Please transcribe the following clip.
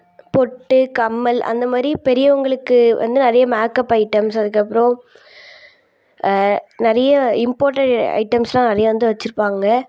பொட்டு கம்மல் அந்த மாதிரி பெரியவங்களுக்கு வந்து நிறைய மேக்கப் ஐட்டம்ஸ் அதுக்கப்புறம் நிறைய இம்போர்டெட் ஐட்டம்ஸெலாம் நிறையா வந்து வச்சிருப்பாங்க